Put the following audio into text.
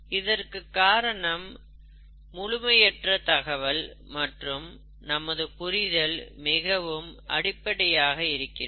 இதற்கு காரணம் முழுமையற்ற தகவல் மற்றும் நமது புரிதல் மிகவும் அடிப்படையாக இருக்கிறது